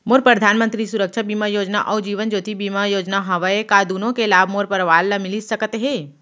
मोर परधानमंतरी सुरक्षा बीमा योजना अऊ जीवन ज्योति बीमा योजना हवे, का दूनो के लाभ मोर परवार ल मिलिस सकत हे?